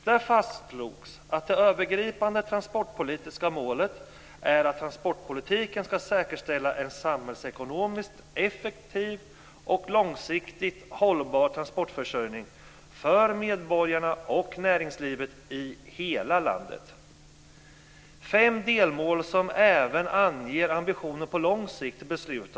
Där fastslogs att det övergripande transportpolitiska målet är att transportpolitiken ska säkerställa en samhällsekonomiskt effektiv och långsiktigt hållbar transportförsörjning för medborgarna och näringslivet i hela landet. Samtidigt fastställdes fem delmål, som även anger ambitionen på lång sikt.